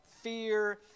fear